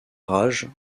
rage